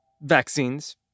Vaccines